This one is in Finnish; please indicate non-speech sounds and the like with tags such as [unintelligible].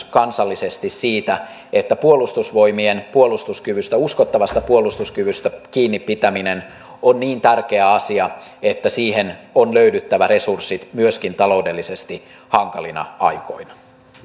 [unintelligible] kansallisesti siitä että puolustusvoimien uskottavasta puolustuskyvystä kiinni pitäminen on niin tärkeä asia että siihen on löydyttävä resurssit myöskin taloudellisesti hankalina aikoina